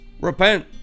Repent